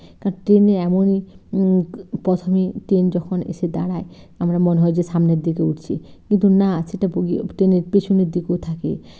ট্রেনে এমন কে প্রথমে ট্রেন যখন এসে দাঁড়ায় আমার মনে হয় যে সামনের দিকে উঠছি কিন্তু না সেটা বগি টেনের পিছনের দিকেও থাকে